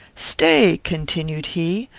stay, continued he,